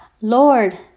Lord